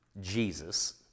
Jesus